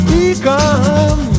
Become